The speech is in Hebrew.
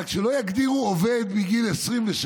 רק שלא יגדירו עובד מגיל 23,